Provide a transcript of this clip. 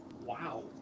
Wow